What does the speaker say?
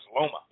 Loma